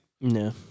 no